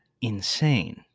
insane